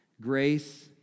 grace